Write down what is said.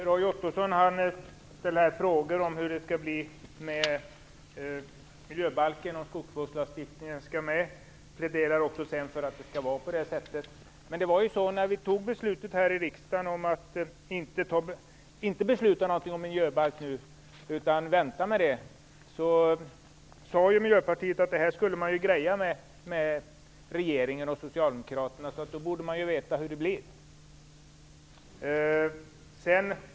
Fru talman! Roy Ottosson ställer frågor om hur det skall bli med miljöbalken och om skogsvårdslagstiftningen skall med. Han pläderar också för att det skall vara på det sättet. När riksdagen beslutade att inte nu införa någon miljöbalk utan vänta med det sade Miljöpartiet att man skulle greja det med regeringen och Socialdemokraterna, och då borde man ju veta hur det blir.